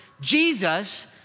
Jesus